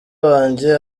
wanjye